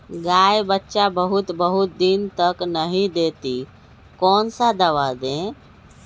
गाय बच्चा बहुत बहुत दिन तक नहीं देती कौन सा दवा दे?